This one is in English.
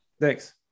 Thanks